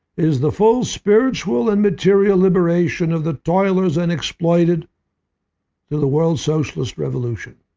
is the full spiritual and material liberation of the toilers and exploited through the world socialist revolution.